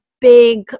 big